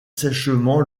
sèchement